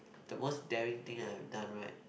the most daring thing I have done right